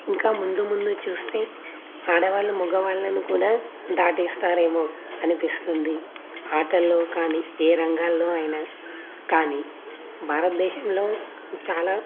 ఇంకా ముందు ముందు చూస్తే ఆడవాళ్లు మగవాళ్ళను కూడా దాటేస్తారేమో అనిపిస్తుంది ఆటల్లో కానీ ఏ రంగాల్లో అయినా కానీ భారతదేశంలో చాలా